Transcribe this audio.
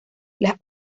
las